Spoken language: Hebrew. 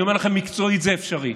אני אומר לכם מקצועית: זה אפשרי,